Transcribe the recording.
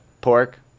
pork